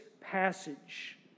passage